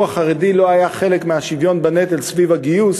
החרדי לא היה חלק מהשוויון בנטל סביב הגיוס,